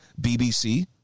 BBC